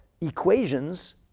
equations